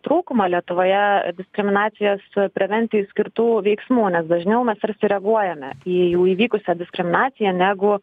trūkumą lietuvoje diskriminacijos prevencijai skirtų veiksmų nes dažniau mes ir sureaguojame į jau įvykusią diskriminaciją negu